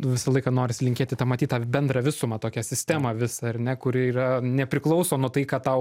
visą laiką norisi linkėti tą matyt tą bendrą visumą tokią sistemą visą ar ne kuri yra nepriklauso nuo tai ką tau